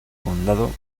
condado